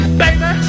baby